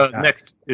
Next